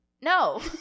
No